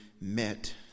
met